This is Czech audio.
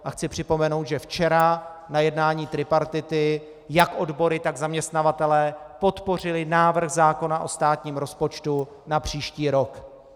A chci připomenout, že včera na jednání tripartity jak odbory, tak zaměstnavatelé podpořili návrh zákona o státním rozpočtu na příští rok.